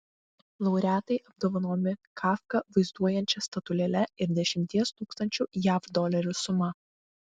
laureatai apdovanojami kafką vaizduojančia statulėle ir dešimties tūkstančių jav dolerių suma